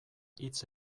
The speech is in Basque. hitz